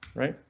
right?